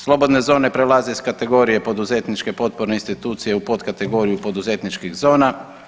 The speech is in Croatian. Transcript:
Slobodne zone prelaze iz kategorije poduzetničke potporne institucije u potkategoriju poduzetničkih zona.